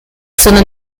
sono